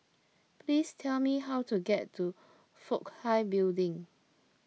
please tell me how to get to Fook Hai Building